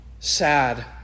Sad